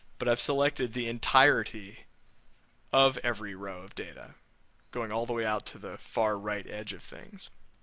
but i've selected the entirety of every row of data going all the way out to the far right edge of things.